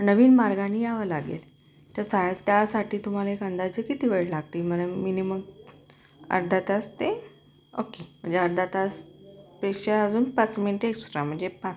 नवीन मार्गानी यावं लागेल तर चा त्यासाठी तुम्हाला एक अंदाजे तुम्हाला किती वेळ लागतील मला मिनिमम अर्धा तास ते ओके म्हणजे अर्धा तासपेक्षा अजून पाच मिनिटं एक्स्ट्रा म्हणजे पा